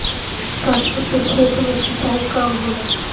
सरसों के खेत मे सिंचाई कब होला?